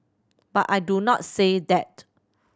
but I do not say that